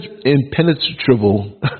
impenetrable